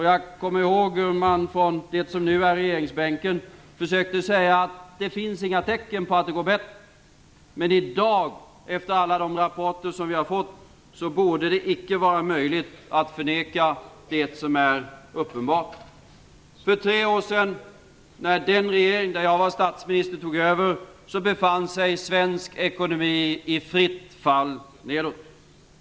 Jag kommer ihåg hur man från det som nu är regeringsbänken försökte säga att det inte finns några tecken på att det går bättre. Men i dag, efter alla de rapporter som vi har fått, borde det icke vara möjligt att förneka det som är uppenbart. För tre år sedan, när den regering där jag var statsminister tog över, befann sig svensk ekonomi i fritt fall nedåt.